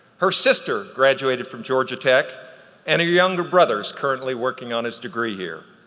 her sister graduated from georgia tech and her younger brother is currently working on his degree here.